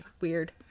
weird